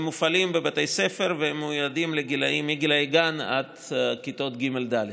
הם מופעלים בבתי ספר ומיועדים לגילאי גן עד כיתות ג' ד'.